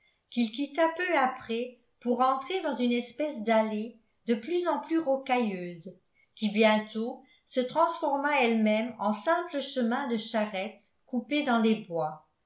qu'il quitta peu après pour entrer dans une espèce d'allée de plus en plus rocailleuse qui bientôt se transforma elle-même en simple chemin de charrette coupé dans les bois